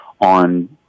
on